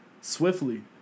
swiftly